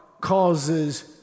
causes